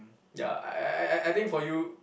ya I I I I think for you